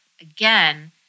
Again